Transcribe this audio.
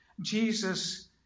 Jesus